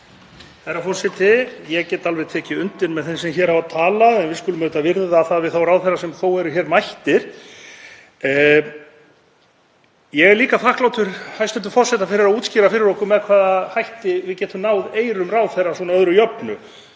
Herra forseti. Ég get alveg tekið undir með þeim sem hér hafa talað, en við skulum auðvitað virða það við þá ráðherra sem þó eru mættir. Ég er líka þakklátur hæstv. forseta fyrir að útskýra fyrir okkur með hvaða hætti við getum náð eyrum ráðherrans að öðru jöfnu,